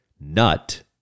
nut